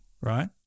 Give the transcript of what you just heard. right